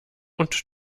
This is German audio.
und